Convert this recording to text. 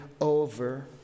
over